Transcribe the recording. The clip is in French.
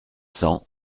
cent